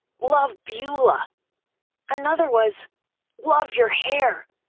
love, beulah another was love your hair!